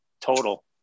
total